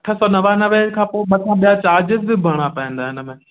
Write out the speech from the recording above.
अठ सौ नवानवे खां पोइ मथां ॿिया चार्जिस बि भरिणा पवंदा हिन में